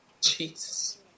Jesus